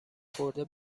خورده